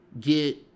Get